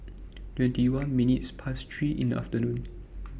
twenty one minutes Past three in The afternoon